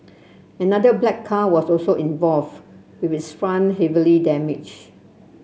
another black car was also involved with its front heavily damaged